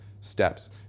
steps